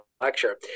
lecture